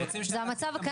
הצגנו רק את המצב הקיים.